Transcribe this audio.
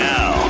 Now